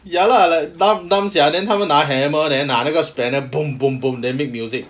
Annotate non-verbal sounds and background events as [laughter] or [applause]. ya lah like dumb dumb sia then 他们拿 hammer then 拿那个 spanner [noise] then they make music